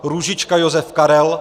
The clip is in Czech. Růžička Josef Karel